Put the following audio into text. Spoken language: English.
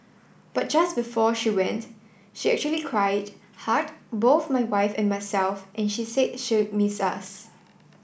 but just before she went she actually cried hugged both my wife and myself and she said she'd miss us